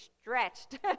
stretched